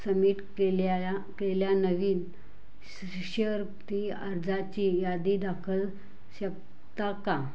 summit केल्या केल्या नवीन शिष्यवृत्ती अर्जाची यादी दाखल शकता का